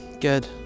Good